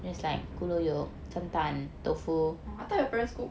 I thought your parents cook